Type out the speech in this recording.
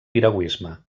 piragüisme